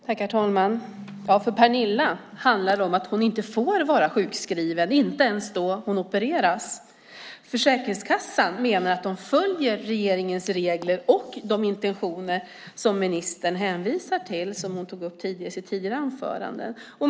Herr talman! För Pernilla handlar det om att hon inte får vara sjukskriven, inte ens då hon opereras. Försäkringskassan menar att man följer regeringens regler och de intentioner som ministern hänvisar till och som hon tog upp i sitt tidigare anförande.